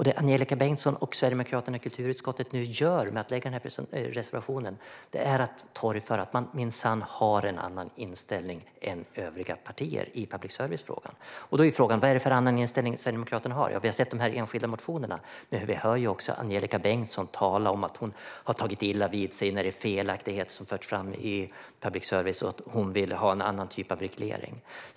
Det Angelika Bengtsson och sverigedemokraterna i kulturutskottet nu gör är att reservera sig för att visa att man minsann har en annan inställning än övriga partier i public service-frågan. Då är frågan: Vad är det då för annan inställning som Sverigedemokraterna har? Vi har sett de enskilda motionerna, men vi hör också Angelika Bengtsson tala om att hon har tagit illa vid sig när det är felaktigheter som har förts fram i public service och att hon vill ha en annan typ av reglering.